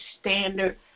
standard